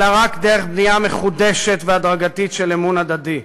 אלא רק דרך בנייה מחודשת והדרגתית של אמון הדדי,